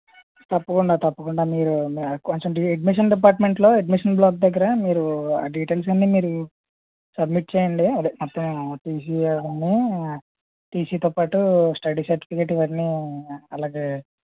తప్పకుండా తప్పకుండా మీరు కొంచెం అడ్మిషన్ డిపార్ట్మెంట్లో అడ్మిషన్ బ్లాక్ దగ్గర మీరు ఆ డీటెయిల్స్ అన్నీ మీరు సబ్మిట్ చెయ్యండి అదే మొత్తం టీసీ అవన్నీ టీసీతో పాటు స్టడీ సర్టిఫికేట్ ఇవన్నీ అలాగే